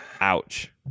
Ouch